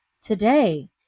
today